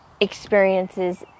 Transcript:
experiences